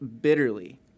bitterly